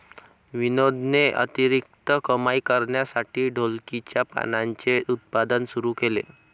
विनोदने अतिरिक्त कमाई करण्यासाठी ढोलकीच्या पानांचे उत्पादन सुरू केले